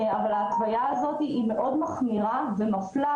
אבל ההתוויה הזאת מאוד מחמירה ומפלה,